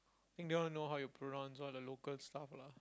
think they want to know how you pronounce all the local stuff lah